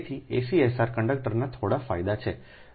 તેથી ACSR કંડક્ટરના થોડા ફાયદા છે